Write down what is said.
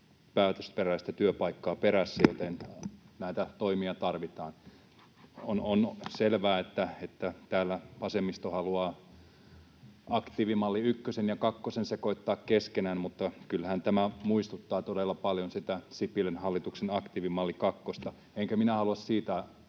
päätösperäistä työpaikkaa perässä, joten näitä toimia tarvitaan. On selvää, että täällä vasemmisto haluaa aktiivimalli ykkösen ja kakkosen sekoittaa keskenään, mutta kyllähän tämä muistuttaa todella paljon sitä Sipilän hallituksen aktiivimalli kakkosta. Enkä minä halua